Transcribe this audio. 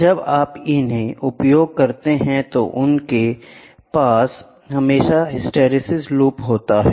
जब आप इन्हें उपयोग करते हैं तो उनके पास हमेशा हिस्टैरिसीस लूप होता है